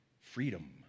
freedom